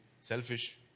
selfish